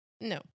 No